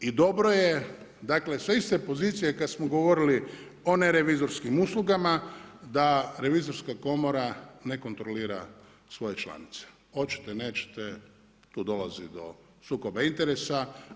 I dobro je, dakle sa iste pozicije kad smo govorili o nerevizorskim uslugama da Revizorska komora ne kontrolira svoje članice, hoćete nećete tu dolazi do sukoba interesa.